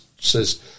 says